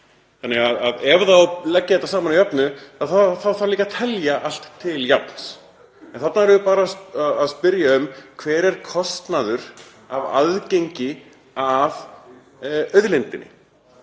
Ef það á að leggja þetta að jöfnu þá þarf líka að telja allt til jafns. En þarna erum við bara að spyrja um hver kostnaður af aðgengi að auðlindinni